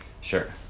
Sure